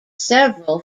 several